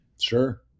Sure